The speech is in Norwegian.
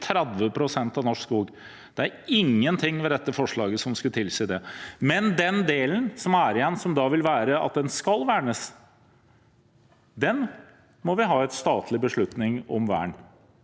30 pst. av norsk skog. Det er ingenting ved dette forslaget som skulle tilsi det. Den delen som er igjen, som da skal vernes, må vi ha en statlig beslutning om vern